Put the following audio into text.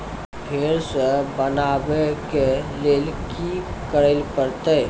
फेर सॅ बनबै के लेल की करे परतै?